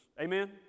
Amen